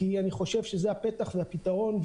כי אני חושב שזה הפתח לפתרון.